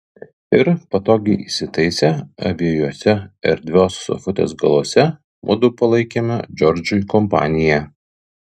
ir patogiai įsitaisę abiejuose erdvios sofutės galuose mudu palaikėme džordžui kompaniją